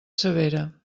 severa